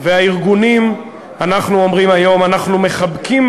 ולארגונים אנחנו אומרים היום: אנחנו מחבקים